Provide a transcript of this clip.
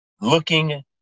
looking